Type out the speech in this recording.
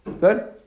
Good